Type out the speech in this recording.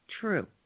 true